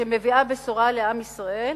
שמביאה בשורה לעם ישראל,